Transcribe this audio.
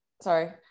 sorry